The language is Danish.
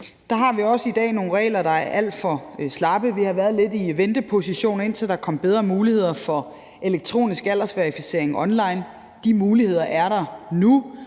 Der har vi også i dag nogle regler, der er alt for slappe. Vi har været lidt i venteposition, indtil der kom bedre muligheder for elektronisk aldersverificering online. De muligheder er der nu,